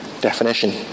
definition